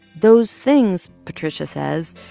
those things, patricia says,